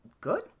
Good